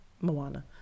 Moana